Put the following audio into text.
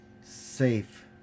safe